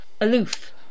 Aloof